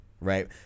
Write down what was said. right